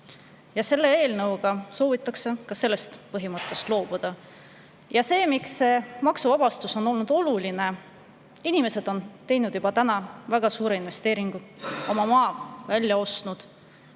Selle eelnõuga soovitakse ka sellest põhimõttest loobuda. Miks see maksuvabastus on olnud oluline? Inimesed on teinud juba väga suure investeeringu, oma maa välja ostnud,